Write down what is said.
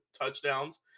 touchdowns